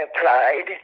applied